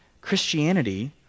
Christianity